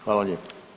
Hvala lijepa.